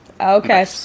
Okay